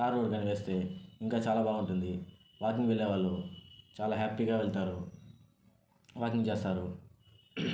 తార్ road కానీ వేస్తే ఇంకా చాలా బాగుంటుంది వాకింగ్కి వెళ్ళేవాళ్ళు చాలా హ్యాపీగా వెళ్తారు వాకింగ్ చేస్తారు